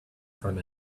from